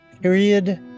period